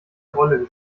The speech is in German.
rolle